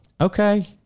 Okay